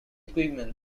equipment